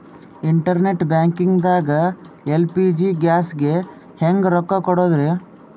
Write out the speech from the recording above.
Internet banking ದಾಗ LPG ಗ್ಯಾಸ್ಗೆ ಹೆಂಗ್ ರೊಕ್ಕ ಕೊಡದ್ರಿ?